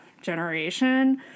generation